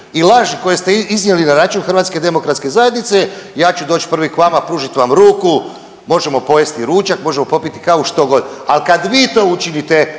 i laži koje ste iznijeli na račun HDZ-a ja ću doći prvi k vama pružit vam ruku, možemo pojesti ručak, možemo popiti kavu što god, ali kad vi to učinite